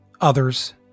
others